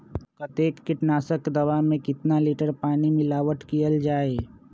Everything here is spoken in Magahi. कतेक किटनाशक दवा मे कितनी लिटर पानी मिलावट किअल जाई?